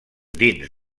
dins